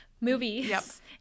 movies